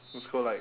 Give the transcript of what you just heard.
just go like